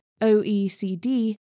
OECD